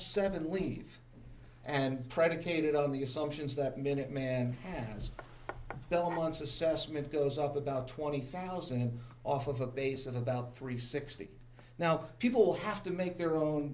seven leave and predicated on the assumptions that minute man has no months assessment goes up about twenty thousand off of a base of about three sixty now people have to make their own